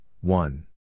one